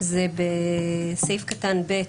זה בסעיף קטן (ב)